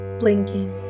blinking